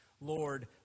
Lord